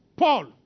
Paul